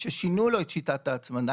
ששינו לו את שיטת ההצמדה,